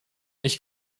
ich